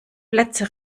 plätze